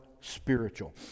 spiritual